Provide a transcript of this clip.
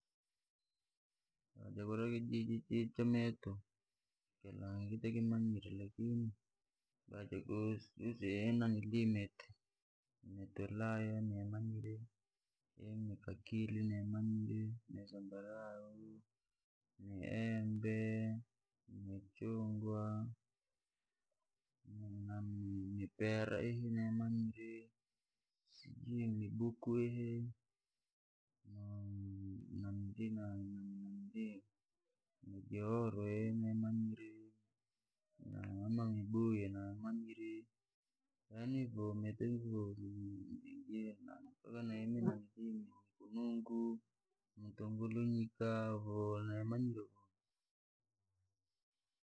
Jakura kijii chamito, kilangi takimanyire lakini, jaihi miti ulaya tuimanyire, ihi mitakili tuimanyire, mizambalau tuimanyire, miembee, michungwa na mipeera ihi tuimanyire, sijui mibuku na mijohoro ihi taimanyire, mamibuyu aya tuyamanyire. Yaani miti vumpa mi tumbulanyika.